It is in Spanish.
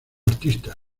artista